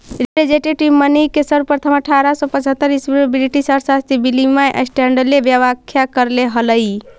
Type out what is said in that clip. representative money के सर्वप्रथम अट्ठारह सौ पचहत्तर ईसवी में ब्रिटिश अर्थशास्त्री विलियम स्टैंडले व्याख्या करले हलई